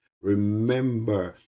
Remember